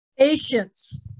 Patience